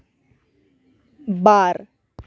ᱵᱟᱨ